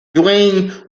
duane